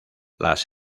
las